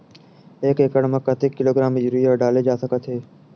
एक एकड़ म कतेक किलोग्राम यूरिया डाले जा सकत हे?